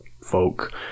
folk